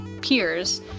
peers